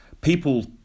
people